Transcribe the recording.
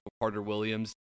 Carter-Williams